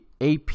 AP